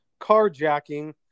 carjacking